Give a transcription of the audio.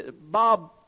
Bob